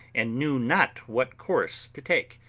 and knew not what course to take.